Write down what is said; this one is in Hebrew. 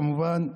כמובן,